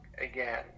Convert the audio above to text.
again